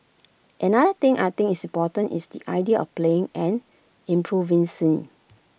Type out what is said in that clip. another thing I think is important is the idea of playing and improvising